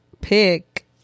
pick